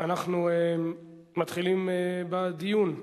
אנחנו מתחילים בדיון.